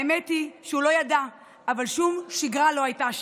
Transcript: האמת היא שהוא לא ידע, אבל שום שגרה לא הייתה שם.